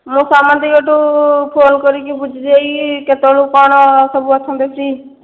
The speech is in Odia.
ମୁଁ ସମସ୍ତଙ୍କଠାରୁ ଫୋନ୍ କରିକି ବୁଝିଦେବି କେତେ ବେଳକୁ କଣ ସବୁ ଅଛନ୍ତି ଫ୍ରି